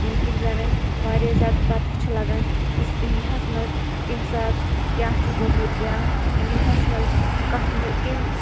ییٚمہِ کِنۍ زَن اَسہِ واریاہ زیادٕ پَتہ چھِ لَگان کِس اِنڈیاہَس منٛز کَمہِ ساتہٕ کیٛاہ چھُ گوٚمُت یا اِنڈیاہَس منٛز کَتھ مہٕ کَمہِ